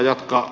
kyllä